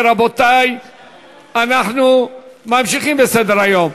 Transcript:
אנחנו ממשיכים בסדר-היום: